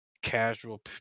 casual